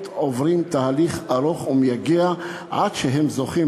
עוברים תהליך ארוך ומייגע עד שהם "זוכים"